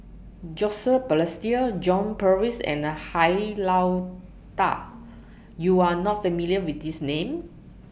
Joseph Balestier John Purvis and Han Lao DA YOU Are not familiar with These Names